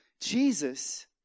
Jesus